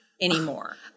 anymore